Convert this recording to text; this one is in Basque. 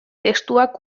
testuak